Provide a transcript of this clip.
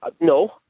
No